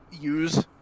use